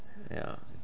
yeah